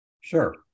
Sure